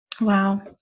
wow